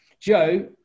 Joe